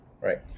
right